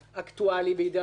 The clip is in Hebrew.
אקטואלי בידי הממונה.